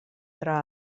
tra